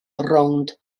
rownd